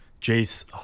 Jace